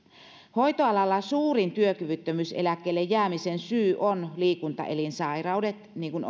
hoitoalalla suurin työkyvyttömyyseläkkeelle jäämisen syy ovat liikuntaelinsairaudet niin kuin